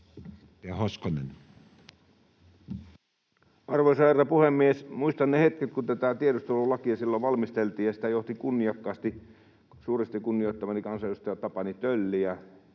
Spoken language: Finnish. Arvoisa herra puhemies! Muistan ne hetket, kun tätä tiedustelulakia valmisteltiin ja sitä johti kunniakkaasti suuresti kunnioittamani kansanedustaja Tapani Tölli.